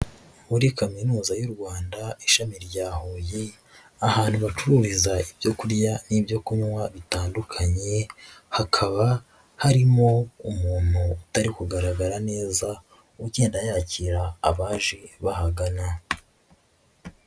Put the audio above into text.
Muri Kaminuza y'u Rwanda ishami rya Huye, ahantu bacururiza ibyo kurya n'ibyo kunywa bitandukanye, hakaba harimo umuntu utari kugaragara neza, ugenda yakira abaje bahagana.